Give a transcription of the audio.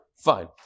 Fine